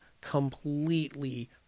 completely